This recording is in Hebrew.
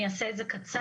אני אעשה את זה קצר,